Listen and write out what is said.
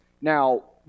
Now